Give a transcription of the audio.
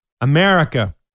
America